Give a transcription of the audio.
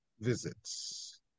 visits